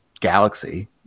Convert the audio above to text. galaxy